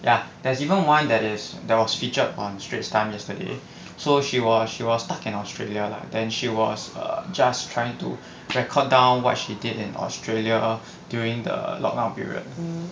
ya there's even one that is that was featured on straits times yesterday so she was she was stuck in australia lah then she was err just trying to record down what she did in australia during the lock down period